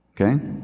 okay